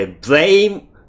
blame